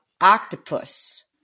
octopus